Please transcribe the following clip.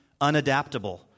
unadaptable